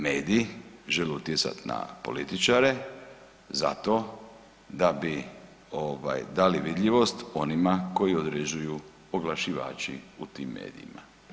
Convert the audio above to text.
Mediji žele utjecati na političare zato da bi dali vidljivost onima koji određuju oglašivači u tim medijima.